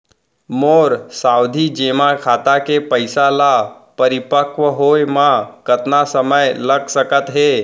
मोर सावधि जेमा खाता के पइसा ल परिपक्व होये म कतना समय लग सकत हे?